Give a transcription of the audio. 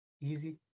easy